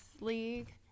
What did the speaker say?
League